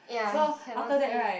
ya cannot see